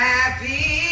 Happy